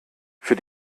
für